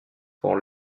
pour